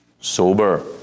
sober